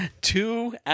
Two